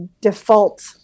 default